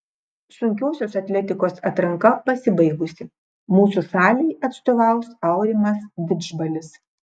sunkiosios atletikos atranka pasibaigusi mūsų šaliai atstovaus aurimas didžbalis